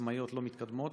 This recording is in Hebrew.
לא מתקדמות,